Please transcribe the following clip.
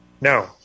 No